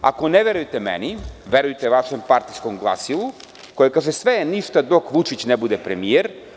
Ako ne verujete meni, verujte vašem partijskom glasilu koje kaže – sve je ništa dok Vučić ne bude premijer.